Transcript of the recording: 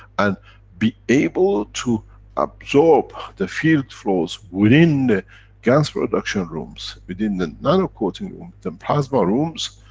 and be able to absorb the field flows, within the gans production rooms, within the nanocoating room, the and plasma rooms,